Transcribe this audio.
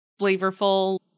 flavorful